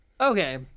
Okay